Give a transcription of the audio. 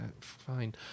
fine